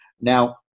Now